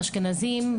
אשכנזיים,